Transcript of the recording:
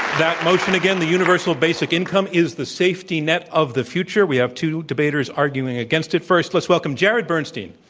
that motion again, the universal basic income is the safety net of the future. we have two debaters arguing against it. first, let's welcome jared bernstein.